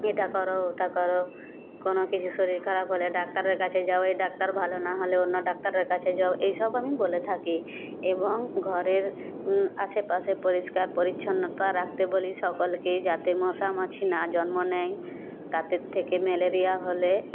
এটা করো ওটা করো কোনো কিছু শরীর খারাপ হলে ডাক্তারের কাছে যাও এ ডাক্তার ভালো নাহলে অন্য ডাক্তারের কাছে যাও এই সব আমি বলে থাকি এবং ঘরের আশেপাশের পরিষ্কার পরিচ্ছন্নতা রাখতে বলি সকলকেই যাতে মশা মাছি না জন্ম নেয় তাদের থেকে ম্যালেরিয়া হলে